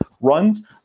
runs